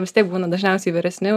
vis tiek būna dažniausiai vyresni